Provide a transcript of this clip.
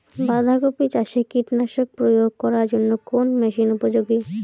বাঁধা কপি চাষে কীটনাশক প্রয়োগ করার জন্য কোন মেশিন উপযোগী?